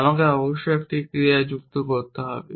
আমাকে অবশ্যই একটি ক্রিয়া যুক্ত করতে হবে